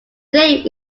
name